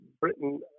Britain